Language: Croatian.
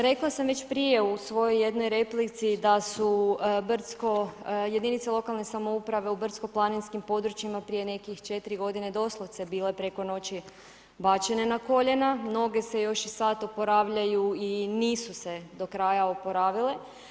Rekla sam već prije u svojoj jednoj replici da su brdsko, jedinice lokalne samouprave u brdsko-planinskim područjima prije nekih 4 godine doslovce bile preko noći bačene na koljena, mnoge se još i sad oporavljaju i nisu se do kraja oporavile.